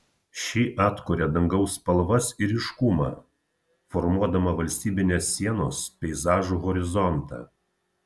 ši atkuria dangaus spalvas ir ryškumą formuodama valstybinės sienos peizažo horizontą